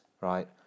Right